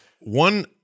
one